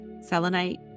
selenite